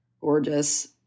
Gorgeous